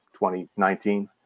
2019